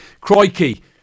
crikey